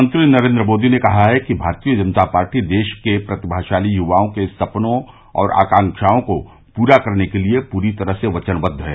प्रधानमंत्री नरेन्द्र मोदी ने कहा कि भारतीय जनता पार्टी देश के प्रतिभाशाली युवाओं के सपनों और आकांक्षाओं को पूरा करने के लिए पूरी तरह से वचनबद्व है